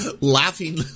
laughing